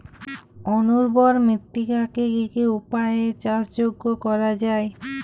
অনুর্বর মৃত্তিকাকে কি কি উপায়ে চাষযোগ্য করা যায়?